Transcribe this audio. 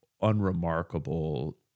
unremarkable